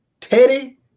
Teddy